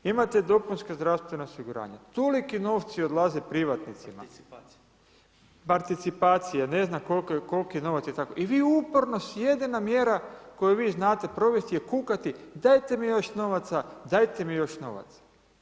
Imate dopunska zdravstvena osiguranja, tolike novci odlaze privatnicima, participacije, ne znam koliki novac itd. i vi uporno jedina mjera koju vi znate provesti kukati dajte mi još novaca, dajete mi još novaca.